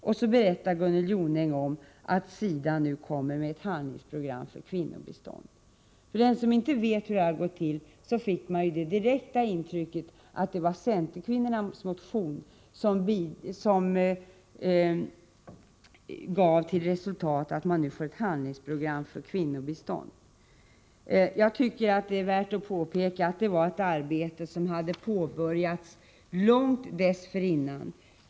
Därefter berättar Gunnel Jonäng om att SIDA nu kommer med ett handlingsprogram för kvinnobiståndet. Den som inte vet hur detta har gått till får det direkta intrycket att det var centerkvinnornas motion som gav till resultat att man nu får ett handlingsprogram för kvinnobiståndet. Det är värt att påpeka att det var ett arbete som påbörjades långt dessförinnan.